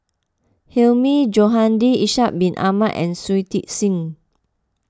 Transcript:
Hilmi Johandi Ishak Bin Ahmad and Shui Tit Sing